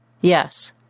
Yes